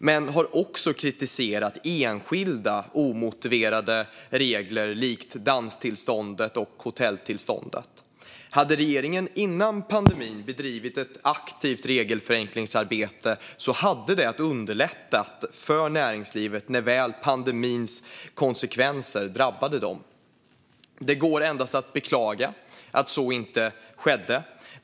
Men vi har också kritiserat enskilda omotiverade regler likt danstillståndet och hotelltillståndet. Hade regeringen innan pandemin bedrivit ett aktivt regelförenklingsarbete hade det underlättat för näringslivet när väl pandemins konsekvenser drabbade det. Det går endast att beklaga att så inte skedde.